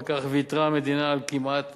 וכך ויתרה המדינה על כמעט